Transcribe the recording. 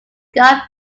god